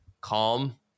calm